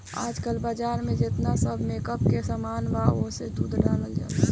आजकल बाजार में जेतना सब मेकअप के सामान बा ओमे दूध डालल जाला